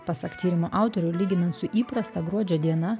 pasak tyrimo autorių lyginant su įprasta gruodžio diena